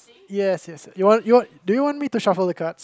yes yes yes yes you want do you want me to shuffle the cards